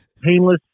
painless